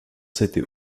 s’était